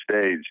stage